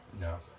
No